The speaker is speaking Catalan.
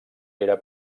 era